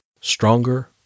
Stronger